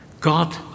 God